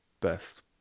best